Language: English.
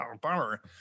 bummer